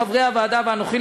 חברי הוועדה ואנוכי,